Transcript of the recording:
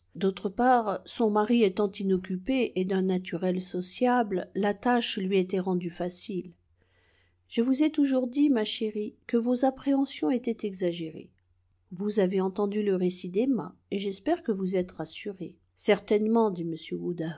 d'autre part son mari étant inoccupé et d'un naturel sociable la tâche lui était rendue facile je vous ai toujours dit ma chérie que vos appréhensions étaient exagérées vous avez entendu le récit d'emma et j'espère que vous êtes rassurée certainement dit